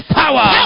power